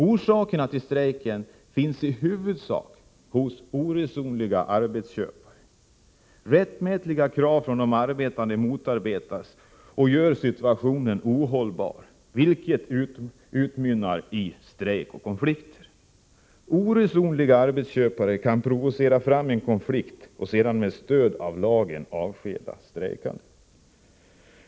Orsakerna till strejken finns i huvudsak hos oresonliga arbetsköpare. Rättmätiga krav från de arbetande motarbetas, och det gör situationen ohållbar för arbetarna, vilket utmynnar i strejk och konflikter. Oresonliga arbetsköpare kan provocera fram en konflikt och sedan med stöd av lagen avskeda strejkande.